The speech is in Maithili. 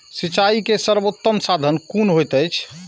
सिंचाई के सर्वोत्तम साधन कुन होएत अछि?